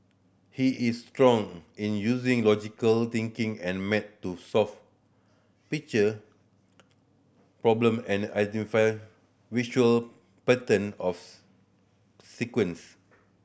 he is strong in using logical thinking and maths to solve picture problem and identify visual pattern sequence